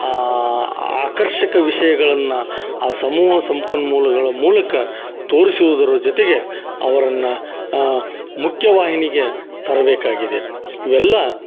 ಆ ಆಕರ್ಷಕ ವಿಷಯಗಳನ್ನು ಆ ಸಮೂಹ ಸಂಪನ್ಮೂಲಗಳ ಮೂಲಕ ತೋರಿಸೂದರ ಜೊತೆಗೆ ಅವರನ್ನು ಮುಖ್ಯವಾಹಿನಿಗೆ ತರಬೇಕಾಗಿದೆ ಇವೆಲ್ಲಾ